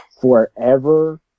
forever